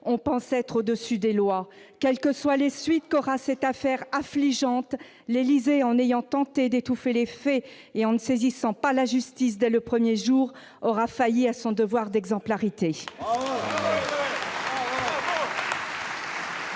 on pense être au-dessus des lois ! Eh oui ! Absolument ! Quelles que soient les suites de cette affaire affligeante, l'Élysée, en ayant tenté d'étouffer les faits et en ne saisissant pas la justice dès le premier jour, aura failli à son devoir d'exemplarité.